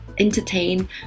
entertain